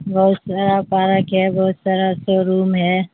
بہت سارا پارک ہے بہت سارا شو روم ہے